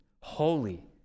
holy